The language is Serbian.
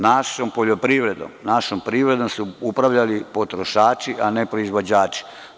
Našom poljoprivredom, našom privredom su upravljali potrošači, a ne proizvođači.